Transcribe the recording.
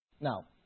Now